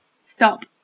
stop